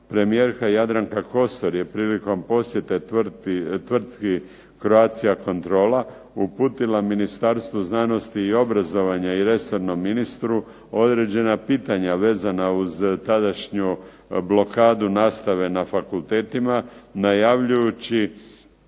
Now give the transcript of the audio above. premijerka Jadranka Kosor je prilikom posjete tvrtki "Croatia kontrola" uputila Ministarstvu znanosti i obrazovanja i resornom ministru određena pitanja vezana uz tadašnju blokadu nastave na fakultetima, najavljujući